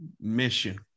mission